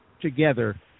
together